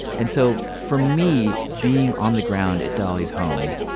and so, for me, being on the ground at dolly's home,